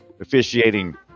officiating